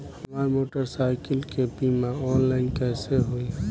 हमार मोटर साईकीलके बीमा ऑनलाइन कैसे होई?